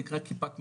שנקרא: "כיפת מגן",